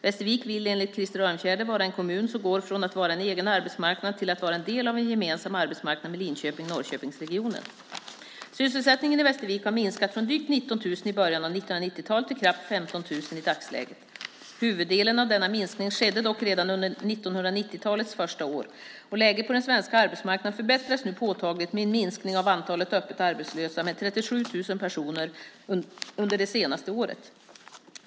Västervik vill enligt Krister Örnfjäder vara en kommun som går från att vara en egen arbetsmarknad till att vara en del av en gemensam arbetsmarknad med Linköping-Norrköpingsregionen. Sysselsättningen i Västervik har minskat från drygt 19 000 i början av 1990-talet till knappt 15 000 i dagsläget. Huvuddelen av denna minskning skedde dock redan under 1990-talets första år. Läget på den svenska arbetsmarknaden förbättras nu påtagligt, med en minskning av antalet öppet arbetslösa med 37 000 personer under det senaste året.